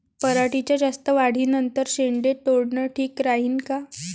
पराटीच्या जास्त वाढी नंतर शेंडे तोडनं ठीक राहीन का?